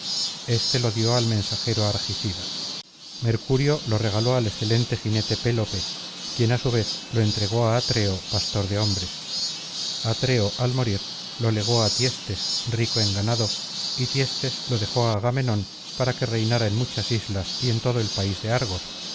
éste lo dio al mensajero argicida mercurio lo regaló al excelente jinete pélope quien á su vez lo entregó á atreo pastor de hombres atreo al morir lo legó á tiestes rico en ganado y tiestcs lo dejó á agamenón para que reinara en muchas islas y en todo el país de argos